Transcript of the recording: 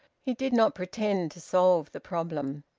he did not pretend to solve the problem.